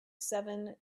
seven